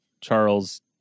Charles